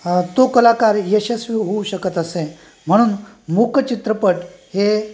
तो कलाकार यशस्वी होऊ शकत असे म्हणून मुकचित्रपट हे